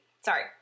Sorry